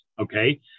okay